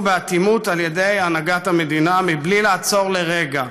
באטימות על ידי הנהגת המדינה בלי לעצור לרגע,